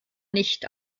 nicht